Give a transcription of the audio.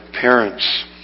parents